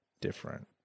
different